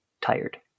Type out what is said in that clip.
tired